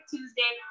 Tuesday